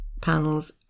panels